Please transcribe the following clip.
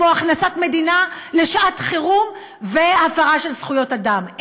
כמו הכנסת מדינה לשעת חירום והפרה של זכויות אדם.